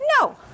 No